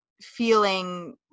feeling